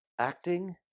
Acting